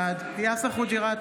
בעד יאסר חוג'יראת,